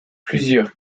plusieurs